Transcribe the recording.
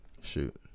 Shoot